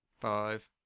Five